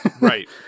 Right